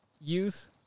youth